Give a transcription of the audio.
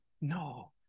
No